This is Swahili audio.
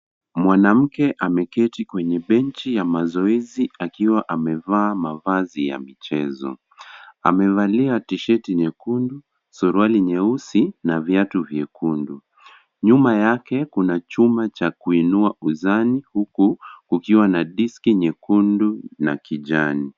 Mwanamke ameketi kwenye bench ya mazoezi, akiwa amevaa mavazi ya michezo. Amevalia tshirt nyekundu, suruali nyeusi na viatu vyekundu. Nyuma yake kuna chuma cha kuinua uzani, huku kukiwa na disc nyekundu na kijani.